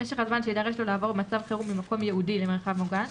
משך הזמן שיידרש לו לעבור במצב חירום ממקום ייעודי למרחב מוגן,